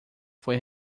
foi